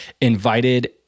invited